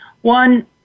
one